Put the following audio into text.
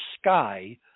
sky